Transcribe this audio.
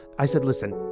i said listen,